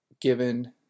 given